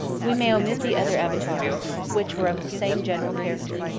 we may omit the other avatars, which were of the same general character,